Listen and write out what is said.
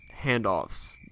handoffs